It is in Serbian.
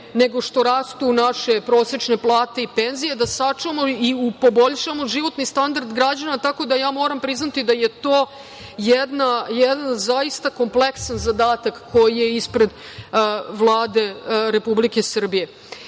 nego što rastu naše prosečne plate i penzije, da sačuvamo i poboljšamo životni standard građana. Tako da, ja moram priznati da je to jedan zaista kompleksan zadatak koji je ispred Vlade Republike Srbije. Ja